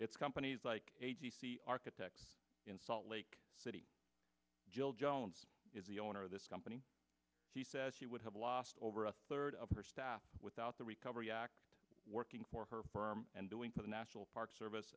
it's companies like a t c architects in salt lake city jill jones is the owner of this company she says she would have lost over a third of her staff without the recovery act working for her arm and doing for the national park service